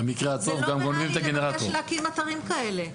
זה לא ריאלי לבקש להקים אתרים כאלה,